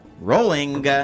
Rolling